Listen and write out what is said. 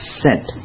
sent